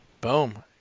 Boom